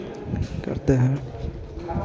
करते हैं